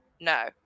No